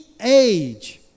age